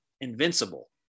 Invincible